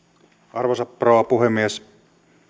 arvoisa rouva puhemies